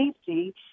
safety